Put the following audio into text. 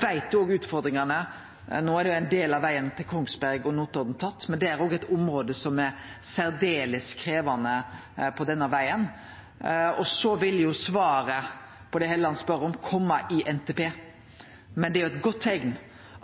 veit om utfordringane. No er ein del av vegen til Kongsberg og Notodden tatt, men det er eit område som er særskilt krevjande på denne vegen. Svaret på det Helleland spør om, vil kome i NTP, men det er eit godt teikn